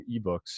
eBooks